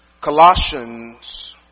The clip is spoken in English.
Colossians